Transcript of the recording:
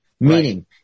meaning